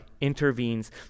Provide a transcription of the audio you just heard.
intervenes